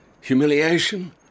Humiliation